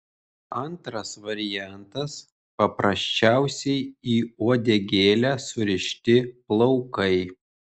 antras variantas paprasčiausiai į uodegėlę surišti plaukai